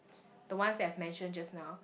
the ones that I have mention just now